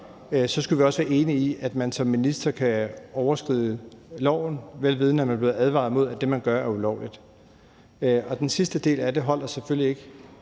skal vi også være enige i, at man som minister kan overskride loven, vel vidende at man blev advaret mod, at det, man gør, er ulovligt, holder jo selvfølgelig ikke.